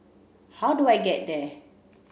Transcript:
how do I get there